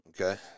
Okay